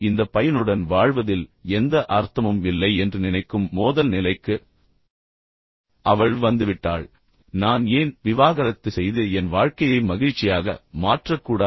இந்த பையனுடன் வாழ்வதில் எந்த அர்த்தமும் இல்லை என்று நினைக்கும் மோதல் நிலைக்கு அவள் வந்துவிட்டாள் நான் ஏன் விவாகரத்து செய்து என் வாழ்க்கையை மகிழ்ச்சியாக மாற்றக்கூடாது